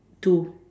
two